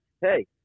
Hey